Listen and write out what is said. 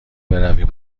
برویم